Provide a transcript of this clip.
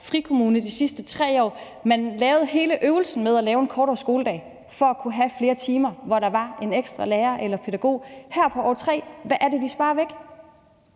frikommune i de sidste 3 år, og hvor man lavede hele øvelsen med at lave en kortere skoledag for at kunne have flere timer, hvor der var en ekstra lærer eller pædagog, og hvad er det, de her i